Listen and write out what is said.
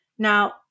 Now